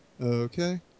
Okay